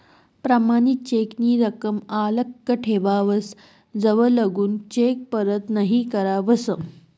प्रमाणित चेक नी रकम आल्लक ठेवावस जवलगून चेक परत नहीं करावस